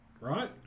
right